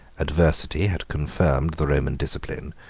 adversity had confirmed the roman discipline,